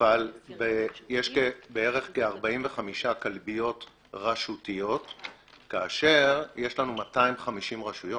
אבל יש בערך כ-45 כלביות רשותיות כאשר יש לנו 250 רשויות.